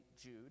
Jude